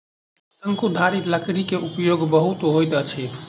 शंकुधारी लकड़ी के उपयोग बहुत होइत अछि